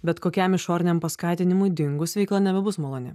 bet kokiam išoriniam paskatinimui dingus veikla nebebus maloni